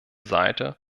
seite